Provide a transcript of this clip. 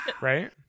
right